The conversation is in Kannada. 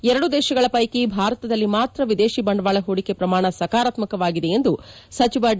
ಎರಡು ದೇಶಗಳ ಪೈಕಿ ಭಾರತದಲ್ಲಿ ಮಾತ್ರ ವಿದೇಶಿ ಬಂಡವಾಳ ಹೂಡಿಕೆ ಪ್ರಮಾಣ ಸಕಾರಾತ್ವಕವಾಗಿದೆ ಎಂದು ಸಚಿವ ಡಿ